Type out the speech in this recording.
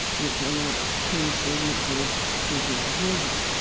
which are like key signatures to a piece of music.